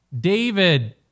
David